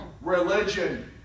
Religion